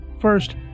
First